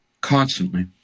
Constantly